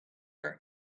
for